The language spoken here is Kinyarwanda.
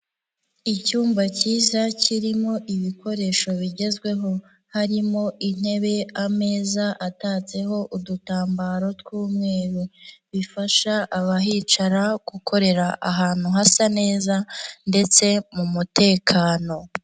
Icyumba cyiza kirimo ibikoresho bigezweho, harimo intebe ameza atatseho udutambaro tw'umweru, bifasha abahicara gukorera ahantu hasa neza ndetse mu mutekano.